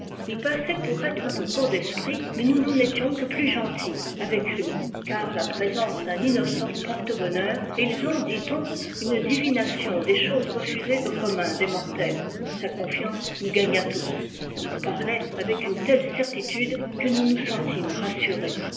il passait pour être un peu court d'esprit mais nous n en étions que plus gentils avec lui car la présence d un innocent porte bonheur et ils ont dit-on une divination des choses refusée au commun des mortels sa confiance nous gagna tous il parlait avec une telle certitude que nous nous sentîmes rassurés